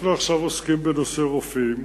אנחנו עכשיו עוסקים בנושא הרופאים,